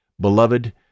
Beloved